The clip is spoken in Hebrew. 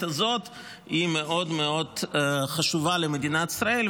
הזאת היא מאוד מאוד חשובה למדינת ישראל,